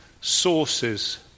sources